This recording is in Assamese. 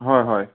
হয় হয়